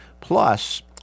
plus